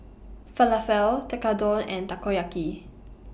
Falafel Tekkadon and Takoyaki